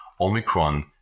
Omicron